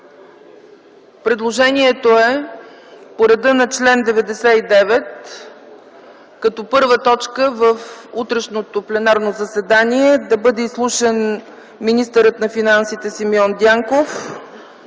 Предложението е по реда на чл. 99, като първа точка в утрешното пленарно заседание да бъде изслушан министърът на финансите Симеон Дянков